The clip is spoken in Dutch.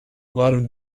waarom